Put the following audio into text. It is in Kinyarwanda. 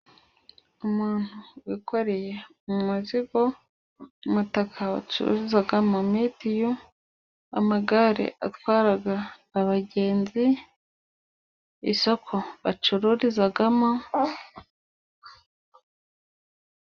Umuntu wikoreye umuzigo, umutaka bacururizamo mituyu, amagare atwara abagenzi, isoko bacururizamo.